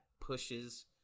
pushes